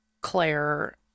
Claire